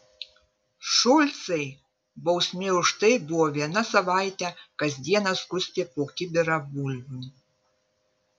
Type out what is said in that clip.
šulcai bausmė už tai buvo vieną savaitę kas dieną skusti po kibirą bulvių